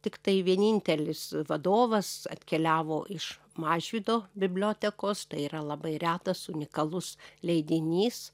tiktai vienintelis vadovas atkeliavo iš mažvydo bibliotekos tai yra labai retas unikalus leidinys